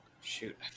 Shoot